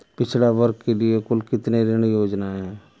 पिछड़ा वर्ग के लिए कुल कितनी ऋण योजनाएं हैं?